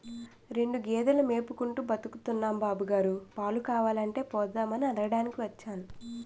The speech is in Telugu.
రెండు గేదెలు మేపుకుంటూ బతుకుతున్నాం బాబుగారు, పాలు కావాలంటే పోద్దామని అడగటానికి వచ్చాను